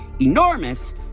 enormous